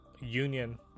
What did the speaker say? union